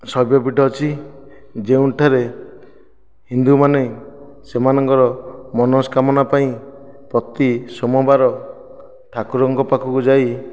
ଶୈବ ପିଠ ଅଛି ଯେଉଁଠାରେ ହିନ୍ଦୁମାନେ ସେମାନଙ୍କର ମନସ୍କାମନା ପାଇଁ ପ୍ରତି ସୋମବାର ଠାକୁରଙ୍କ ପାଖକୁ ଯାଇ